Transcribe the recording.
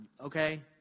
okay